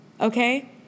Okay